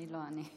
אני לא אענה.